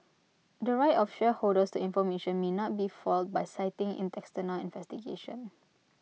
the right of shareholders to information may not be foiled by citing external investigation